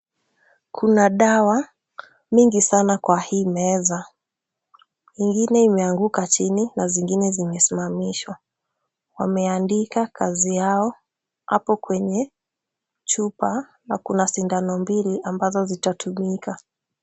Kuna dawa mingi sana kwa hii meza. Ingine imeanguka chini na zingine zimesimamishwa. Wameandika kazi yao hapo kwenye chupa na kuna sindano mbili ambazo zitatumika.